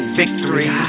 victory